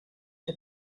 her